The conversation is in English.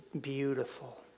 beautiful